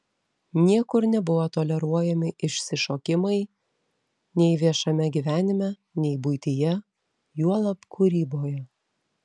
niekur nebuvo toleruojami išsišokimai nei viešame gyvenime nei buityje juolab kūryboje